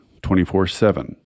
24-7